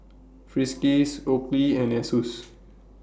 Friskies Oakley and Asus